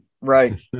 right